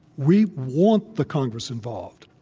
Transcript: we want the congress involved.